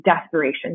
desperation